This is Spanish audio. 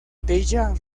della